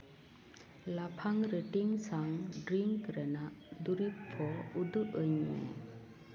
ᱞᱟᱯᱷᱟᱝ ᱨᱮᱴᱤᱝ ᱥᱟᱶ ᱰᱨᱤᱝᱠ ᱨᱮᱱᱟᱜ ᱫᱨᱤᱵᱽ ᱠᱚ ᱩᱫᱩᱜ ᱟᱹᱧᱢᱮ